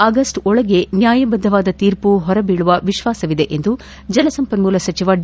ಆಗಸ್ಟ್ರೊಳಗೆ ನ್ಯಾಯಬದ್ಧವಾದ ತೀರ್ಮ ಹೊರಬೀಳುವ ವಿಶ್ವಾಸವಿದೆ ಎಂದು ಜಲಸಂಪನ್ನೂಲ ಸಚಿವ ಡಿ